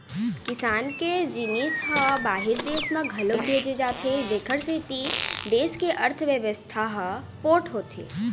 किसान के जिनिस ह बाहिर देस म घलोक भेजे जाथे जेखर ले देस के अर्थबेवस्था ह पोठ होथे